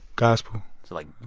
gospel like,